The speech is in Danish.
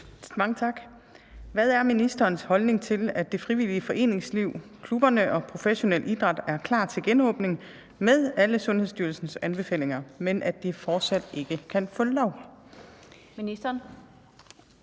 (DF): Hvad er ministerens holdning til, at det frivillige foreningsliv, klubber og professionel idræt er klar til genåbning med alle Sundhedsstyrelsens anbefalinger, men at de fortsat ikke må åbne op? Den